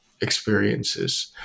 experiences